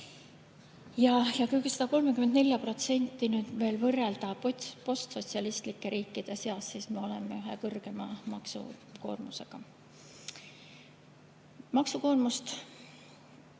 Ja kui seda 34% nüüd veel võrrelda postsotsialistlike riikide omaga, siis me oleme ühe kõrgema maksukoormusega. Maksukoormust